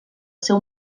seu